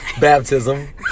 Baptism